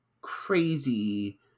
crazy